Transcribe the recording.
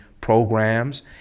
programs